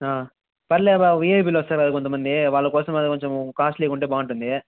ఆ సరేలే బావ విఐపీలు వస్తారు కదా కొంతమంది వాళ్ళ కోసము కొంచెం కాస్ట్లీగా ఉంటే బాగుంటుంది